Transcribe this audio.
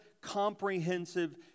comprehensive